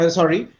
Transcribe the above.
sorry